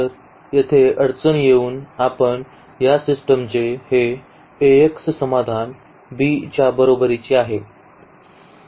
तर येथे अडचण येऊन आपण या सिस्टमचे हे Ax समाधान b च्या बरोबरीचे आहे